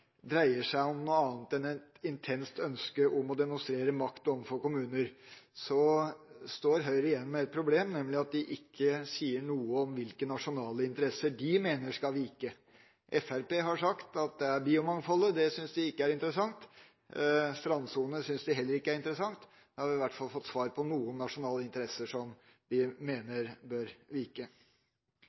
dreier seg om noe annet enn et intenst ønske om å demonstrere makt overfor kommuner, står Høyre igjen med et problem, nemlig at de ikke sier noe om hvilke nasjonale interesser de mener skal vike. Fremskrittspartiet har sagt at de ikke synes biomangfoldet er interessant, strandsonen synes de heller ikke er interessant. Da har vi i hvert fall fått svar på noen nasjonale interesser som de mener bør vike.